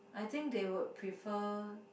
I think they would prefer